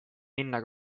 minna